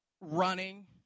running